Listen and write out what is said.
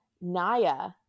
Naya